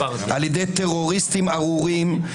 על ידי טרוריסטים ארורים,